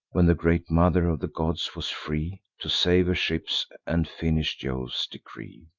when the great mother of the gods was free to save her ships, and finish jove's decree.